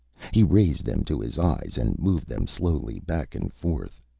he raised them to his eyes and moved them slowly back and forth.